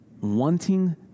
wanting